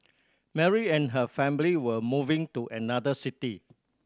Mary and her family were moving to another city